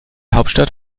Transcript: hauptstadt